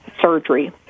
surgery